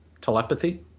telepathy